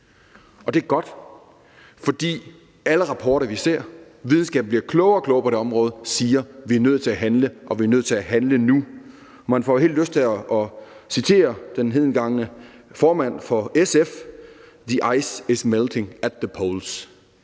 Det er godt, for alle rapporter, vi ser – videnskaben bliver klogere og klogere på det område – siger, at vi er nødt til at handle og vi er nødt til at handle nu. Man får helt lyst til at citere den hedengangne formand for SF: The ice is melting at the pools;